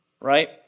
right